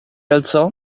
alzò